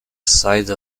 side